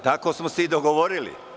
Tako smo se i dogovorili.